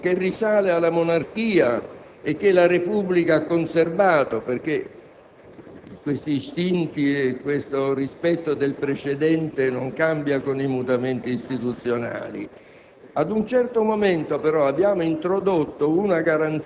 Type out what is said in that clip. Noi avevamo una tradizione che risale alla monarchia e che la Repubblica ha conservato perché questi istituti ed il rispetto del precedente non cambiano con i mutamenti istituzionali.